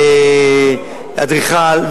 אדריכל,